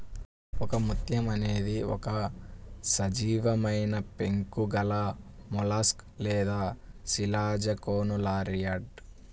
ఒకముత్యం అనేది ఒక సజీవమైనపెంకు గలమొలస్క్ లేదా శిలాజకోనులారియిడ్